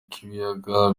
k’ibiyaga